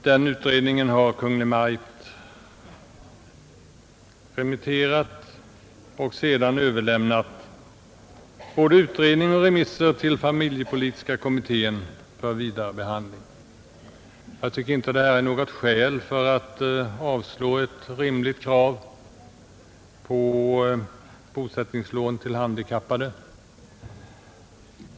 Det betänkandet har Kungl. Maj:t sänt ut på remiss och sedan har både betänkandet och remisserna överlämnats till familjepolitiska kommittén för vidare behandling. Jag tycker inte att detta är något skäl för att avstyrka ett rimligt krav på bosättningslån till handikappade.